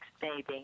baby